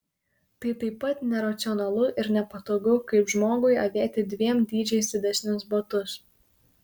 tai taip pat neracionalu ir nepatogu kaip žmogui avėti dviem dydžiais didesnius batus